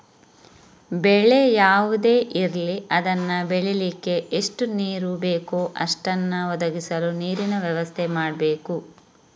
ಬೆಳೆ ಯಾವುದೇ ಇರ್ಲಿ ಅದನ್ನ ಬೆಳೀಲಿಕ್ಕೆ ಎಷ್ಟು ನೀರು ಬೇಕೋ ಅಷ್ಟನ್ನ ಒದಗಿಸಲು ನೀರಿನ ವ್ಯವಸ್ಥೆ ಮಾಡ್ಬೇಕು